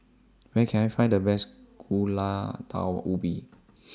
Where Can I Find The Best Gulai Daun Ubi